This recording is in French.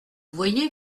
voyez